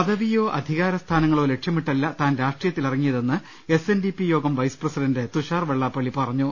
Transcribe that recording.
പദവിയോ അധികാര സ്ഥാനങ്ങളോ ലക്ഷ്യമിട്ടല്ല താൻ രാഷ്ട്രീയത്തി ലിറങ്ങിയതെന്ന് എസ് എൻ ഡി പി യോഗം vice president Tushar Vellappally പറഞ്ഞു